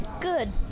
Good